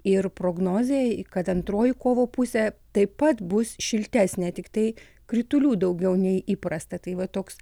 ir prognozei kad antroji kovo pusė taip pat bus šiltesnė tiktai kritulių daugiau nei įprasta tai va toks